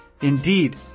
indeed